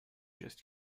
just